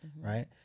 Right